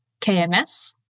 KMS